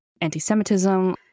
anti-Semitism